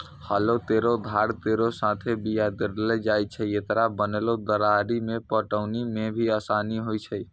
हलो केरो धार केरो साथें बीया गिरैलो जाय छै, एकरो बनलो गरारी सें पटौनी म भी आसानी होय छै?